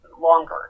longer